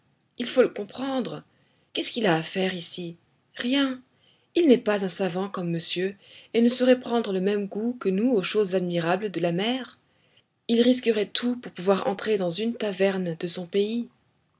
il faut le comprendre qu'est-ce qu'il a à faire ici rien il n'est pas un savant comme monsieur et ne saurait prendre le même goût que nous aux choses admirables de la mer il risquerait tout pour pouvoir entrer dans une taverne de son pays